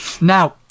Now